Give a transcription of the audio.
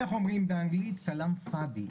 אבל איך אומרים באנגלית כלום ושם דבר (ערבית).